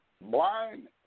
blind